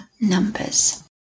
numbers